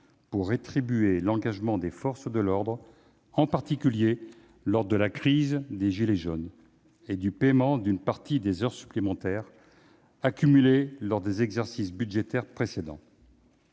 pour rétribuer l'engagement des forces de l'ordre, en particulier lors de la crise des « gilets jaunes », et du paiement d'une partie des heures supplémentaires accumulées au cours des exercices budgétaires précédents.